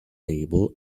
table